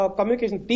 Communication